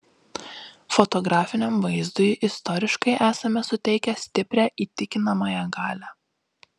fotografiniam vaizdui istoriškai esame suteikę stiprią įtikinamąją galią